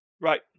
Right